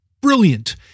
brilliant